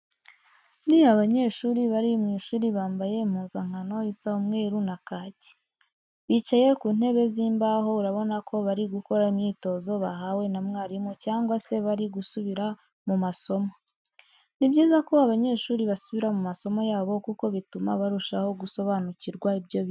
Ni abanyeshuri bari mu ishuri bambaye impuzankano isa umweru na kake. Bicaye ku ntebe z'imbaho urabona ko bari gukora imyitozo bahawe na mwarimu cyangwa se bari gusubira mu masomo. Ni byiza ko abanyeshuri basubira mu masomo yabo kuko bituma barushaho gusobanukirwa ibyo biga.